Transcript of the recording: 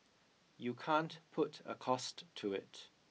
you can't put a cost to it